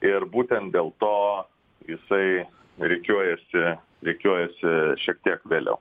ir būtent dėl to jisai rikiuojasi rikiuojasi šiek tiek vėliau